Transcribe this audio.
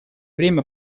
время